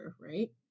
right